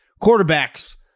quarterbacks